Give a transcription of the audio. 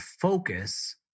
focus